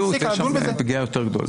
יש שם פגיעה יותר גדולה.